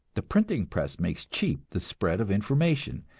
the printing press makes cheap the spread of information,